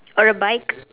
or a bike